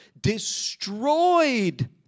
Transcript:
destroyed